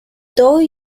dough